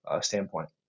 standpoint